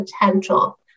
potential